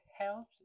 helps